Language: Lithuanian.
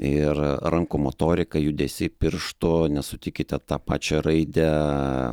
ir rankų motorika judesiai piršto nes sutikite tą pačią raidę